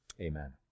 Amen